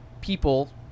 people